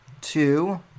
Two